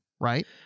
Right